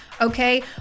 Okay